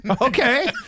Okay